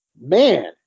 man